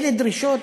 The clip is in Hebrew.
אלה דרישות